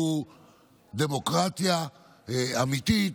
שהוא דמוקרטיה אמיתית.